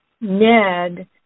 Ned